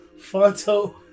Fonto